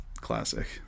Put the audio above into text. Classic